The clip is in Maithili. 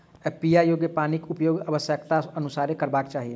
पीबा योग्य पानिक उपयोग आवश्यकताक अनुसारेँ करबाक चाही